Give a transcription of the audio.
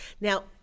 Now